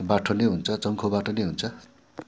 बाठो नै हुन्छ चङ्खो बाठो नै हुन्छ